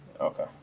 Okay